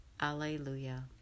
Alleluia